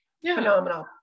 phenomenal